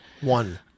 One